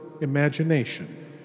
imagination